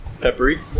Peppery